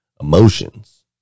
emotions